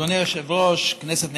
אדוני היושב-ראש, כנסת נכבדה,